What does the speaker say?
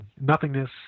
nothingness